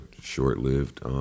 short-lived